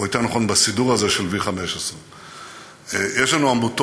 או יותר נכון בסידור הזה של V15. יש לנו עמותות,